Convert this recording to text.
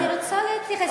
אבל אני רוצה להתייחס.